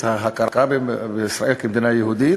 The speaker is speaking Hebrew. את ההכרה בישראל כמדינה יהודית,